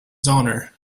honor